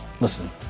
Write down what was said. Listen